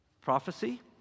prophecy